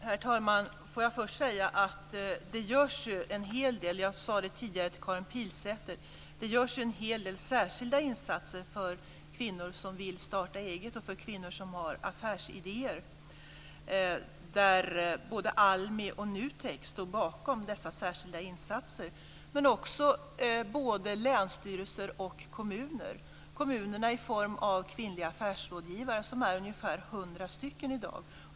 Herr talman! Som jag tidigare sade till Karin Pilsäter görs det en hel del särskilda insatser för kvinnor som vill starta eget och för kvinnor som har affärsidéer. Både ALMI och NUTEK står bakom dessa särskilda insatser, men också både länsstyrelser och kommuner; kommunerna i form av kvinnliga affärsrådgivare, som är ungefär 100 stycken i dag.